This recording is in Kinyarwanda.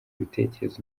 ibitekerezo